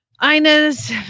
Ina's